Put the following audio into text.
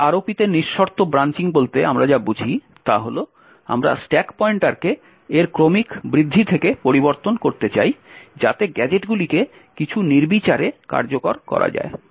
তাহলে ROP তে নিঃশর্ত ব্রাঞ্চিং বলতে আমরা যা বুঝি তা হল আমরা স্ট্যাক পয়েন্টারকে এর ক্রমিক বৃদ্ধি থেকে পরিবর্তন করতে চাই যাতে গ্যাজেটগুলিকে কিছু নির্বিচারে কার্যকর করা যায়